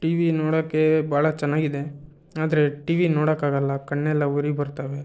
T V ನೋಡೋಕ್ಕೆ ಭಾಳ ಚೆನ್ನಾಗಿದೆ ಆದರೆ ಟಿ ವಿ ನೋಡೋಕ್ಕಾಗಲ್ಲ ಕಣ್ಣೆಲ್ಲ ಉರಿ ಬರ್ತವೆ